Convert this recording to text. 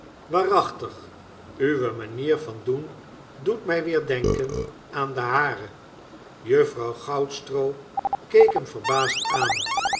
waarachtig uwe manier van doen doet my weer denken aan de hare r juffouw goudstroo keek hem verbaasd aan